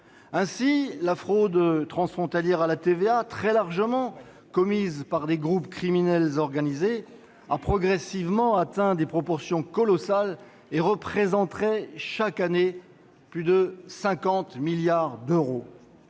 Ainsi la fraude transfrontalière à la TVA, très largement pratiquée par des groupes criminels organisés, a-t-elle progressivement atteint des proportions colossales ; elle représenterait chaque année plus de 50 milliards d'euros.